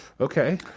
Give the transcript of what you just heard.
Okay